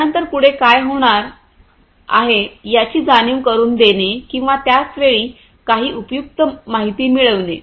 त्यानंतर पुढे काय होणार आहे याची जाणीव करुन देणे किंवा त्याच वेळी काही उपयुक्त माहिती मिळविणे